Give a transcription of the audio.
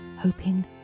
hoping